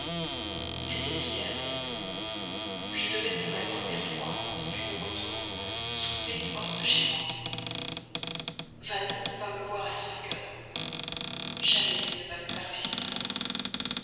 c'était hier je devais pour la première fois depuis mon retour souper hors de chez moi valmont vint me voir à cinq heures jamais il ne m'avait paru si tendre